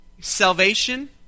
Salvation